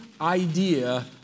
idea